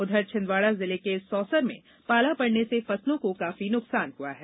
उधर छिन्दवाड़ा जिले के सौसर में पाला पड़ने से फसलों को काफी नुकसान हुआ है